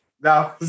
No